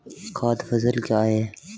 खाद्य फसल क्या है?